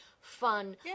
fun